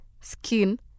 skin